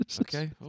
okay